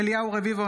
אליהו רביבו,